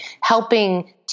helping